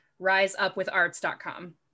riseupwitharts.com